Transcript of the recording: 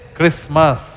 Christmas